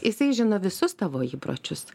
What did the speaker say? jisai žino visus tavo įpročius